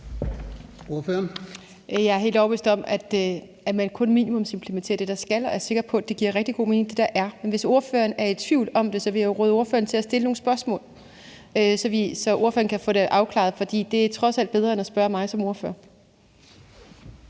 Jeg er helt overbevist om, at man kun minimumsimplementerer det, man skal, og jeg er sikker på, at det, der er, giver rigtig god mening. Men hvis ordføreren er i tvivl om det, vil jeg jo råde ordføreren til at stille nogle spørgsmål, så ordføreren kan få det afklaret, for det er trods alt bedre end at spørge mig som ordfører.